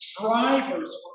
drivers